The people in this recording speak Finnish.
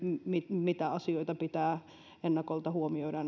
mitä asioita pitää ennakolta huomioida